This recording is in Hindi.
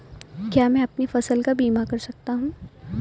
क्या मैं अपनी फसल का बीमा कर सकता हूँ?